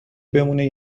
بمونه